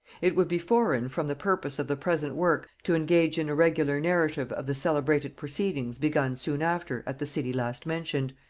it would be foreign from the purpose of the present work to engage in a regular narrative of the celebrated proceedings begun soon after at the city last mentioned,